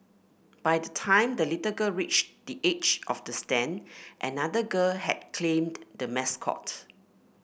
by the time the little girl reached the edge of the stand another girl had claimed the mascot